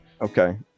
okay